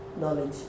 knowledge